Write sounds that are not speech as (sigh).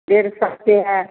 डेढ़ सौ (unintelligible) है